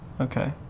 Okay